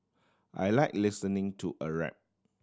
I like listening to a rap